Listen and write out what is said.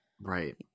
Right